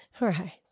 Right